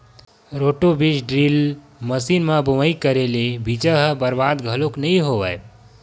roto बीज drill machine म बोवई करे ले बीजा ह बरबाद घलोक नइ होवय